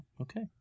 Okay